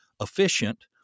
efficient